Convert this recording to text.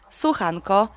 słuchanko